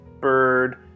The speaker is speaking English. bird